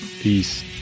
Peace